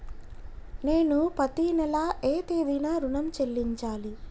నేను పత్తి నెల ఏ తేదీనా ఋణం చెల్లించాలి?